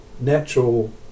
natural